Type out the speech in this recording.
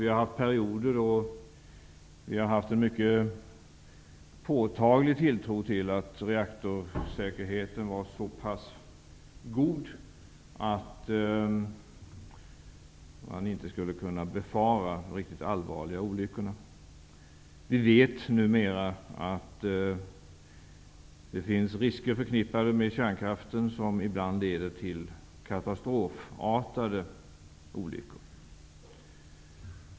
Det har funnits perioder då vi har haft en mycket påtaglig tilltro till att reaktorsäkerheten var så pass god att man inte skulle kunna befara de riktigt allvarliga olyckorna. Vi vet numera att det finns risker förknippade med kärnkraften som ibland leder till katastrofartade olyckor.